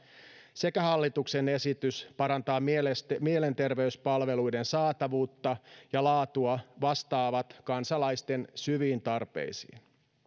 sekä hallituksen esitys parantaa mielenterveyspalveluiden saatavuutta ja laatua vastaavat kansalaisten syviin tarpeisiin